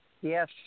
Yes